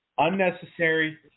unnecessary